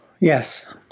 Yes